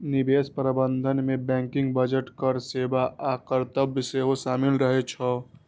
निवेश प्रबंधन मे बैंकिंग, बजट, कर सेवा आ कर्तव्य सेहो शामिल रहे छै